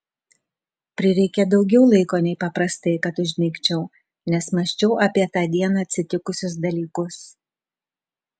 prireikė daugiau laiko nei paprastai kad užmigčiau nes mąsčiau apie tą dieną atsitikusius dalykus